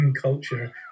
culture